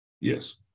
Yes